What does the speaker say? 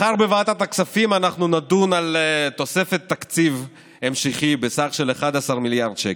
מחר בוועדת הכספים אנחנו נדון על תוספת תקציב המשכי בסך 11 מיליארד שקל.